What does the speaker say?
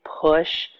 push